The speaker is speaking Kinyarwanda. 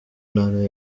ntara